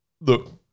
Look